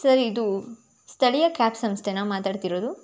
sir ಇದು ಸ್ಥಳೀಯ cab ಸಂಸ್ಥೇನ ಮಾತಾಡ್ತಿರೋದು